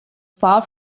far